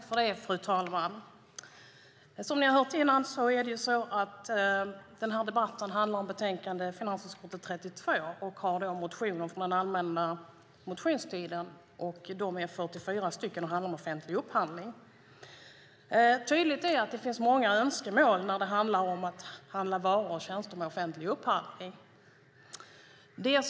Fru talman! Som ni har hört här handlar den här debatten om betänkande FiU32 med motioner från den allmänna motionstiden. De är 44 stycken och handlar om offentlig upphandling. Tydligt är att det finns många önskemål när det handlar om att handla varor och tjänster i offentlig upphandling.